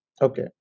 Okay